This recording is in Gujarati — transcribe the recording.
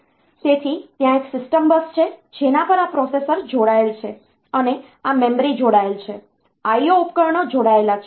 તેથી ત્યાં એક સિસ્ટમ બસ છે જેના પર આ પ્રોસેસર જોડાયેલ છે અને આ મેમરી જોડાયેલ છે IO ઉપકરણો જોડાયેલા છે